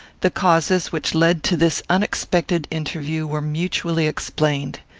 the causes which led to this unexpected interview were mutually explained.